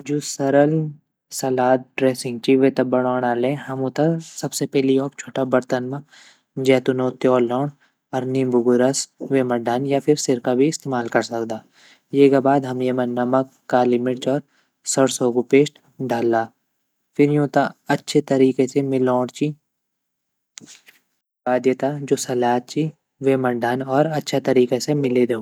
जू सरल salad dressing ची वे त बणोंणा ले हमू त सबसे पैली योक छोटा बर्तन म ज़ैतूनो त्योल ल्योण और नींबू कु रस वे म ढान या फिर सिरका भी इस्तेमाल कर सकदा ये गा बाद हम येमा नमक काली मिर्च और सरसों ग पेस्ट डाला फिर यूँ त अच्छा तरीक़ा से मिलोंण ची वेगा बाद ये त जू सलाद ची वेमा डाल्न और अच्छा तरीक़ा से मिले दयोन ।